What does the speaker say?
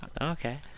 Okay